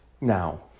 Now